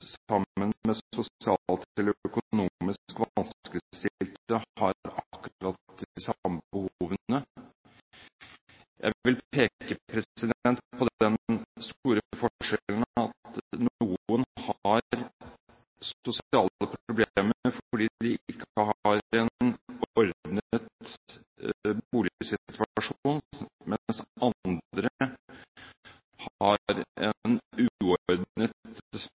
som sosialt eller økonomisk vanskeligstilte har akkurat de samme behovene. Jeg vil peke på den store forskjellen: Noen har sosiale problemer fordi de ikke har en ordnet boligsituasjon, mens andre har en uordnet boligsituasjon fordi de har